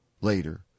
later